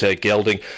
gelding